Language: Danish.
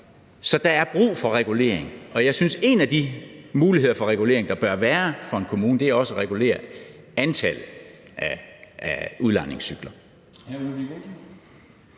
Så der er brug for regulering. Og jeg synes, at en af de muligheder for regulering, der bør være for en kommune, også er at kunne regulere antallet af udlejningscykler.